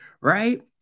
right